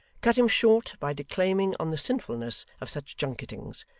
cut him short by declaiming on the sinfulness of such junketings,